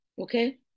Okay